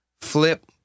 flip